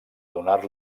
donar